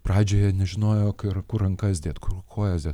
pradžioje nežinojo kur kur rankas dėt kur kojas dėt